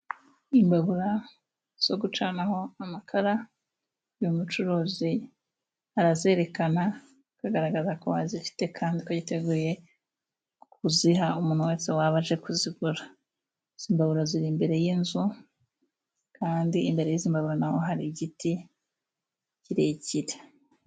Imbabura zo gucanaho amakara. Uyu mucuruzi arazerekana akagaragaza ko azifite kandi ko yiteguye kuziha umuntu wese waba aje kuzigura. Izo mbabura ziri imbere y'inzu kandi imbere y' izo mbabura naho hari igiti kirekire.